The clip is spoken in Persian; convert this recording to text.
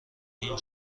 این